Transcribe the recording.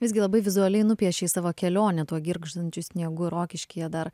visgi labai vizualiai nupiešei savo kelionę tuo girgždančiu sniegu rokiškyje dar